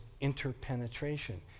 interpenetration